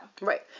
Right